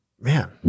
man